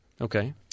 Okay